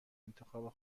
انتخاب